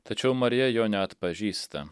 tačiau marija jo neatpažįsta